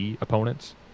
opponents